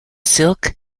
silk